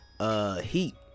Heat